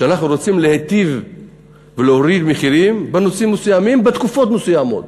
ואנחנו רוצים להיטיב ולהוריד מחירים בנושאים מסוימים בתקופות מסוימות.